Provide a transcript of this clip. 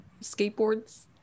skateboards